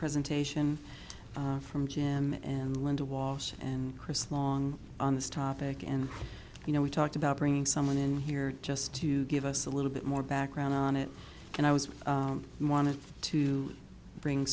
presentation from jim and linda wallace and chris long on this topic and you know we talked about bringing someone in here just to give us a little bit more background on it and i was wanted too bring